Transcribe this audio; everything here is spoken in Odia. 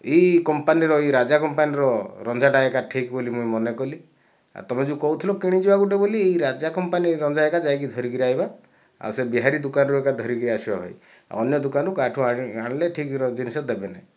ଏହି କମ୍ପାନୀର ଏହି ରାଜା କମ୍ପାନୀର ରଞ୍ଜାଟା ଏକା ଠିକ ବୋଲି ମୁଁ ମନେ କଲି ଆଉ ତୁମେ ଯେଉଁ କହୁଥିଲ କିଣିଯିବ ଗୋଟିଏ ବୋଲି ଏହି ରାଜା କମ୍ପାନୀର ରଞ୍ଜା ହେରିକା ଯାଇକି ଧରିକିରି ଆଇବା ଆଉ ସେ ବିହାରୀ ଦୋକାନରୁ ଏକା ଧରିକି ଆସିବ ଭାଇ ଅନ୍ୟ ଦୋକାନରୁ କାହାଠୁ ଆଣି ଆଣିଲେ ଠିକର ଜିନିଷ ଦେବେନି